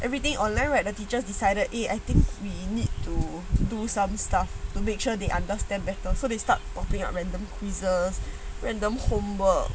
everything or land where the teachers decided eh I think we need to do some stuff to make sure they understand better so they start popping up random quizzes random homework